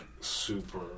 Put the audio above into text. super